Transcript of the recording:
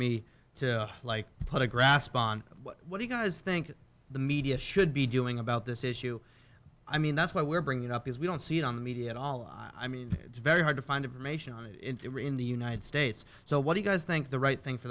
me to like put a grasp on what you guys think the media should be doing about this issue i mean that's why we're bringing up is we don't see it on the media at all i mean it's very hard to find information on it in the united states so what you guys think the right thing for